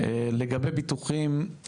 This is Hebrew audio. לגבי ביטוחים,